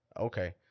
Okay